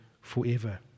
forever